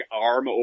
arm